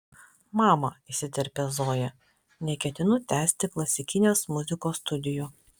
mama įsiterpia zoja neketinu tęsti klasikinės muzikos studijų